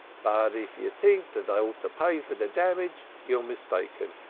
but if you taink dat i ought to pay for de damage you're mistaken.